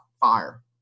fire